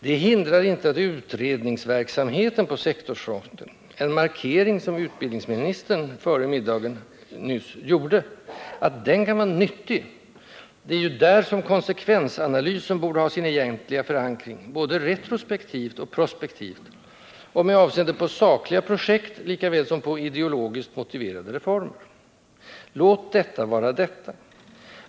Detta hindrar inte att utredningsverksamheten på sektorsfronten — en markering som utbildningsministern gjorde isitt anförande — kan vara nyttig: det är ju där som konsekvensanalysen borde ha sin egentliga förankring, både retrospektivt och prospektivt och med avseende på sakliga projekt likaväl som på ideologiskt motiverade reformer. Låt detta vara detta.